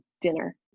dinner